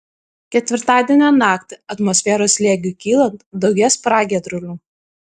ketvirtadienio naktį atmosferos slėgiui kylant daugės pragiedrulių